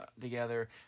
together